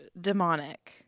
demonic